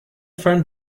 friend